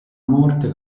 morte